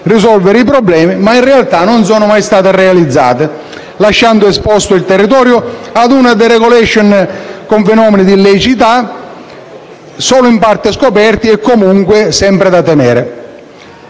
risolvere i problemi, ma in realtà non sono mai state realizzate, lasciando esposto il territorio ad una *deregulation* con fenomeni di illiceità, solo in parte scoperti e comunque sempre da temere.